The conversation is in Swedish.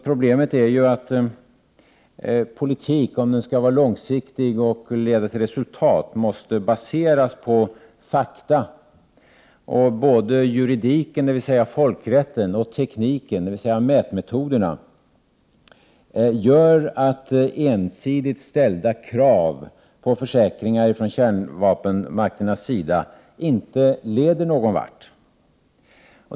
Problemet är att politiken, om den skall vara långsiktig och leda till resultat, måste baseras på fakta. Både juridiken, dvs. folkrätten, och tekniken, dvs. mätmetoderna, gör att ensidigt ställda krav på försäkringar från kårnvapenmakternas sida inte leder någonvart.